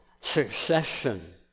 succession